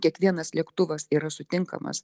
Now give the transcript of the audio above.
kiekvienas lėktuvas yra sutinkamas